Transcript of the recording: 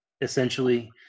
essentially